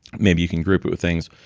maybe you can group it with things,